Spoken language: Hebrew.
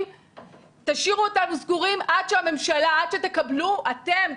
תשאירו אותנו סגורים עד שתקבלו אתם,